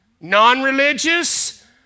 non-religious